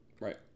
right